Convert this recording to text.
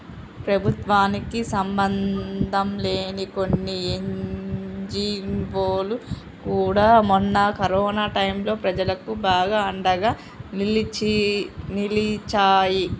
ప్రభుత్వానికి సంబంధంలేని కొన్ని ఎన్జీవోలు కూడా మొన్న కరోనా టైంలో ప్రజలకు బాగా అండగా నిలిచాయి